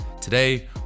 Today